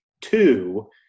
two